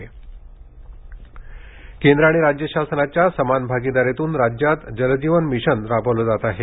नळपाणी केंद्र आणि राज्य शासनाच्या समान आगीदारीतून राज्यात जल जीवन मिशन राबविलं जात आहे